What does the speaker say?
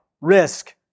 risk